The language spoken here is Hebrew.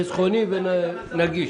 חסכוני ונגיש.